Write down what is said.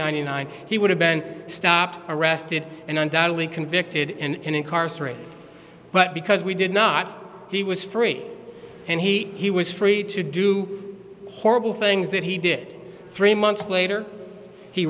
hundred nine he would have been stopped arrested and undoubtedly convicted and incarcerated but because we did not he was free and he he was free to do horrible things that he did three months later he